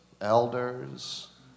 elders